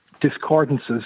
discordances